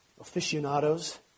aficionados